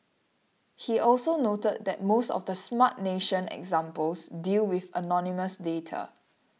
he also noted that most of the Smart Nation examples deal with anonymous data